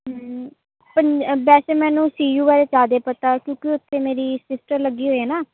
ਵੈਸੇ ਮੈਨੂੰ C U ਬਾਰੇ ਜ਼ਿਆਦਾ ਪਤਾ ਕਿਉਂਕਿ ਉੱਥੇ ਮੇਰੀ ਸਿਸਟਰ ਲੱਗੀ ਹੋਈ ਹੈ ਨਾ